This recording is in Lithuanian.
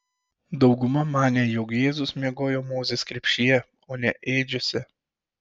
dauguma manė jog jėzus miegojo mozės krepšyje o ne ėdžiose